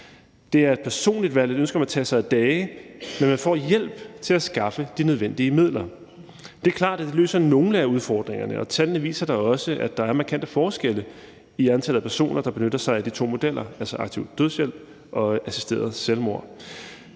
Det er et personligt valg, et ønske om at tage sig af dage, men man får hjælp til at skaffe de nødvendige midler. Det er klart, at det løser nogle af udfordringerne, og tallene viser da også, at der er markante forskelle i antallet af personer, der benytter sig af de to modeller, altså aktiv dødshjælp og assisteret selvmord.